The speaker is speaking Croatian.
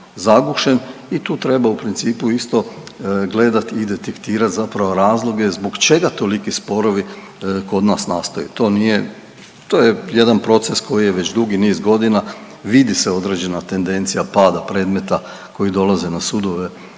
zagušen i tu treba u principu isto gledati i detektirati zapravo razloge zbog čega toliki sporovi kod nas nastaju. To nije, to je jedan proces koji je već dugi niz godina, vidi se određena tendencija pada predmeta koji dolaze na sudove,